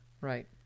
Right